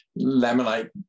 laminate